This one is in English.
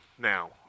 Now